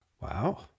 Wow